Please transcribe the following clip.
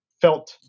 felt